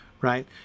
right